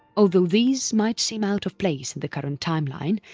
although these might seem out of place in the current timeline,